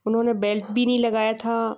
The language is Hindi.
उन्होंने बेल्ट भी नहीं लगाया था